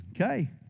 Okay